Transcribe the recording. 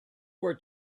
were